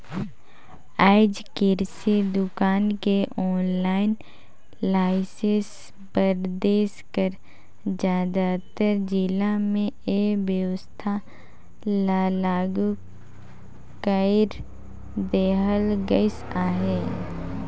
आएज किरसि दुकान के आनलाईन लाइसेंस बर देस कर जादातर जिला में ए बेवस्था ल लागू कइर देहल गइस अहे